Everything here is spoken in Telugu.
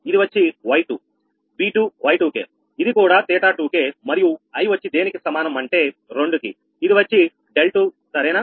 ఇది వచ్చి 𝑌2 𝑉2𝑌2𝑘 ఇది కూడా 𝜃2𝑘 మరియు i వచ్చి దేనికి సమానం అంటే 2 కి ఇది వచ్చి 𝛿2 సరేనా